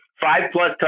Five-plus